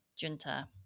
junta